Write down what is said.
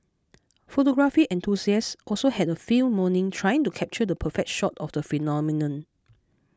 photography enthusiasts also had a field morning trying to capture the perfect shot of the phenomenon